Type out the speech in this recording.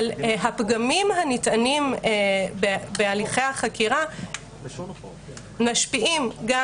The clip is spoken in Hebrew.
אבל הפגמים הנטענים בהליכי החקירה נגזרים משפיעים גם